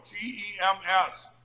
G-E-M-S